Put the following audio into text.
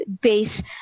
base